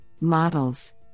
models